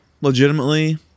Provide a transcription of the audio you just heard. legitimately